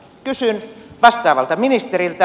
kysyn vastaavalta ministeriltä